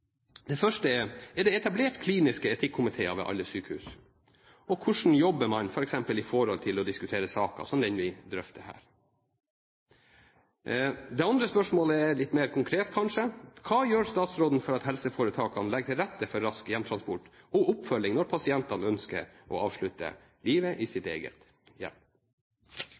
Det første er: Er det etablert kliniske etikkomiteer ved alle sykehus, og hvordan jobber man f.eks. i forhold til å diskutere saker som den vi drøfter her? Det andre spørsmålet er kanskje litt mer konkret: Hva gjør statsråden for at helseforetakene legger til rette for rask hjemtransport og oppfølging når pasienten ønsker å avslutte livet i sitt eget